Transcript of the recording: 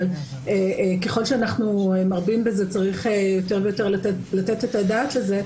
אבל ככל שאנחנו מרבים בזה צריך יותר ויותר לתת את הדעת על זה.